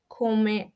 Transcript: come